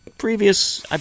previous